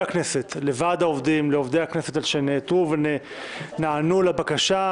הכנסת ולוועד העובדים שנעתרו ונענו לבקשה,